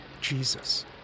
Jesus